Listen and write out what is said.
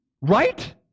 Right